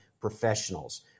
professionals